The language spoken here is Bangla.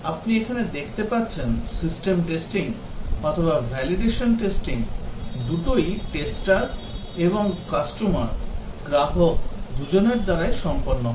আপনি এখানে দেখতে পাচ্ছেন সিস্টেম টেস্টিং অথবা ভ্যালিডেশন টেস্টিং দুটোই টেস্টার এবং গ্রাহক দুজনের দ্বারাই সম্পন্ন হয়